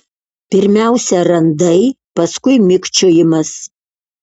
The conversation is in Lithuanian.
pirmiausia randai paskui mikčiojimas